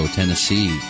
Tennessee